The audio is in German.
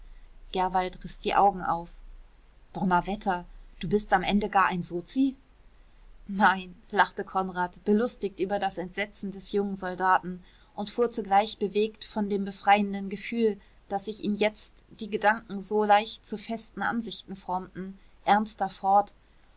gerwald riß die augen auf donnerwetter du bist am ende gar ein sozi nein lachte konrad belustigt über das entsetzen des jungen soldaten und fuhr zugleich bewegt von dem befreienden gefühl daß sich ihm jetzt die gedanken so leicht zu festen ansichten formten ernster fort